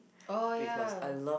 oh ya